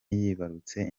yibarutse